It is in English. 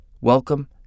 Welcome